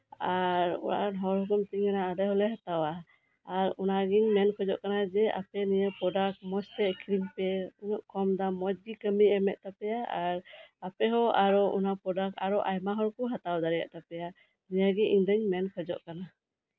ᱟᱨ ᱦᱚᱲ ᱠᱚ ᱢᱤᱛᱟᱹᱧ ᱠᱟᱱᱟ ᱟᱞᱮ ᱦᱚᱞᱮ ᱦᱟᱛᱟᱣᱟ ᱟᱨ ᱚᱱᱟᱜᱮ ᱢᱮᱱ ᱤᱧ ᱠᱷᱚᱡᱚᱜ ᱠᱟᱱᱟ ᱟᱯᱮ ᱱᱤᱭᱟᱹ ᱯᱨᱚᱰᱟᱠᱴ ᱢᱚᱸᱡᱛᱮ ᱟᱸᱠᱷᱨᱤᱧ ᱯᱮ ᱱᱩᱱᱟᱹᱜ ᱠᱚᱢ ᱫᱟᱢ ᱢᱚᱸᱡ ᱜᱮ ᱠᱟᱹᱢᱤᱭ ᱮᱢ ᱫᱟ ᱟᱨ ᱟᱯᱮ ᱦᱚᱸ ᱚᱱᱟ ᱯᱨᱚᱰᱟᱠᱴ ᱦᱟᱛᱟᱣ ᱫᱟᱲᱮᱭᱟᱜ ᱛᱟᱯᱮᱭᱟ ᱱᱤᱭᱟᱹᱜᱮ ᱤᱧ ᱢᱮᱱ ᱠᱷᱚᱡᱚᱜ ᱠᱟᱱᱟ